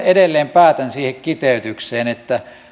edelleen päätän siihen kiteytykseen että